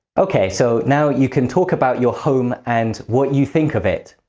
okay, so now you can talk about your home and what you think of it.